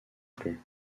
plus